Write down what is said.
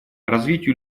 развитию